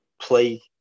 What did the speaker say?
play